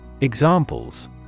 Examples